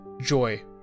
joy